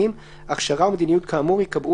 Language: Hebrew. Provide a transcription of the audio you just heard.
של תקנות שעת חירום (נגיף הקורונה החדש אכיפה) (תיקון מס'